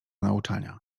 nauczania